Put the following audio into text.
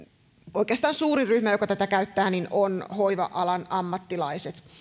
oikeastaan suurin ryhmä joka tätä käyttää on hoiva alan ammattilaiset